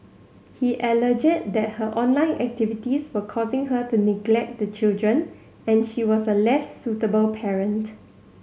he alleged that her online activities were causing her to neglect the children and she was a less suitable parent